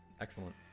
excellent